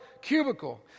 cubicle